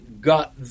got